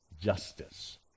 justice